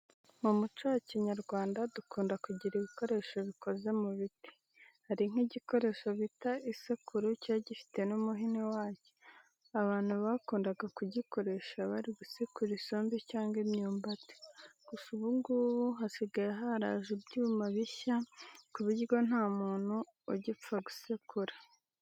Mu muco wa Kinyarwanda dukunda kugira ibikoresho bikoze mu biti. Hari nk'igikoresho bita isekuru kiba gifite n'umuhini wacyo, abantu bakundaga kugikoresha bari gusekura isombe cyangwa imyumbati, gusa ubu ngubu hasigaye haraje ibyuma bishya ku buryo nta muntu ugipfa gusekura.